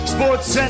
Sports